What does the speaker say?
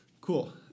Cool